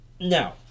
Now